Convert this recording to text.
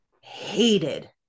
hated